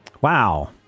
Wow